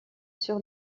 sur